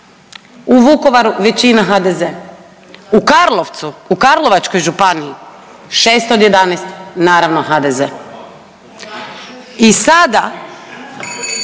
U Vukovaru, većina HDZ. U Karlovcu, u Karlovačkoj županiji 6 od 11, naravno, HDZ. I sada,